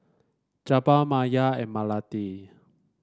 Jebat Maya and Melati